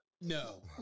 No